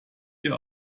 hier